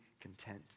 content